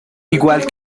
igual